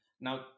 Now